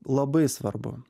labai svarbu